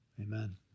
Amen